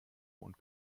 und